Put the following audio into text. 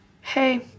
Hey